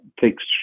takes